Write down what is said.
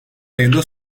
ayında